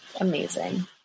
amazing